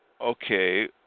Okay